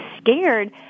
scared